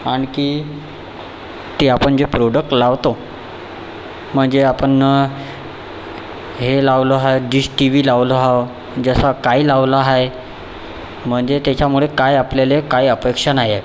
आणखी ते आपण जे प्रोडक लावतो म्हणजे आपण हे लावलो आहे डिश टीवी लावलो आहो जसा काय लावलो आहे म्हणजे त्याच्यामुळे काय आपल्याला काय अपेक्षा नाही आहे